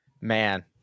Man